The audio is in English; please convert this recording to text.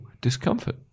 discomfort